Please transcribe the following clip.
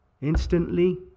instantly